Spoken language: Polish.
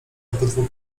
obydwu